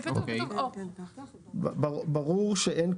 הממונה, גם כשהוא סובר את הכי חמור,